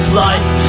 life